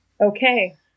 Okay